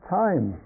time